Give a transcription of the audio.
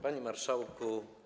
Panie Marszałku!